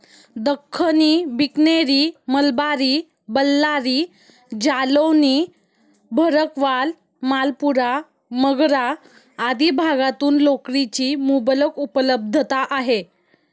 दख्खनी, बिकनेरी, मलबारी, बल्लारी, जालौनी, भरकवाल, मालपुरा, मगरा आदी भागातून लोकरीची मुबलक उपलब्धता आहे